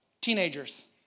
teenagers